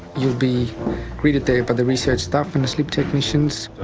you'll be greeted there by the research staff and the sleep technicians.